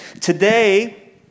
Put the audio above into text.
Today